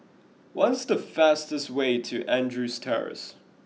what is the fastest way to Andrews Terrace